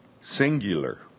singular